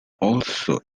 also